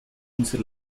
unser